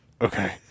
Okay